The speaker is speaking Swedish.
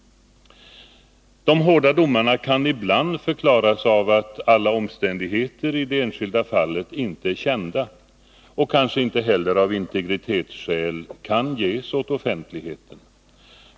De hårda domarna kan ibland förklaras av att alla omständigheter i det enskilda fallet inte är kända och att de av integritetsskäl kanske inte heller kan ges åt offentligheten.